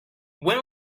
when